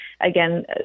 again